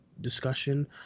discussion